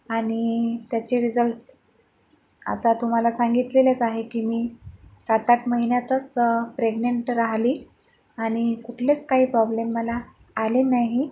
आणि त्याचे रिझल्ट आता तुम्हाला सांगितलेलेच आहे की मी सात आठ महिन्यातच प्रेग्नन्ट राहिली आणि कुठलेच काही प्रॉब्लेम मला आले नाही